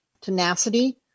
tenacity